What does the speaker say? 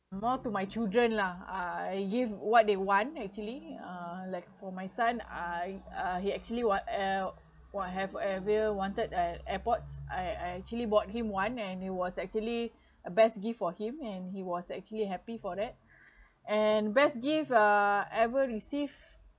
more to my children lah I give what they want actually uh like for my son I uh he actually want uh what have he ever wanted at airports I I actually bought him one and he was actually a best gift for him and he was actually happy for that and best gift uh ever received